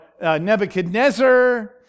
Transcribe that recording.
Nebuchadnezzar